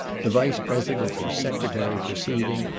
the vice-president and secretary preceding,